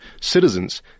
citizens –